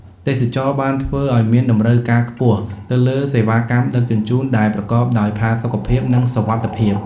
ទេសចរណ៍បានធ្វើឲ្យមានតម្រូវការខ្ពស់ទៅលើសេវាកម្មដឹកជញ្ជូនដែលប្រកបដោយផាសុកភាពនិងសុវត្ថិភាព។